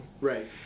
Right